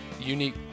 unique